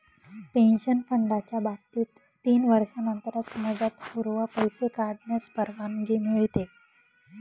pension फंडाच्या बाबतीत तीन वर्षांनंतरच मुदतपूर्व पैसे काढण्यास परवानगी मिळते